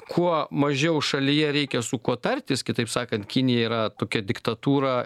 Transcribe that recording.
kuo mažiau šalyje reikia su kuo tartis kitaip sakant kinija yra tokia diktatūra